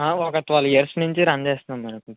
ఒక twelve years నుంచి run చేస్తున్నాం మ్యాడమ్ మ్యామ్